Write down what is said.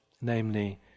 namely